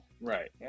Right